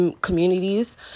communities